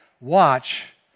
Watch